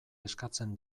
eskatzen